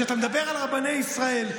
כשאתה מדבר על רבני ישראל,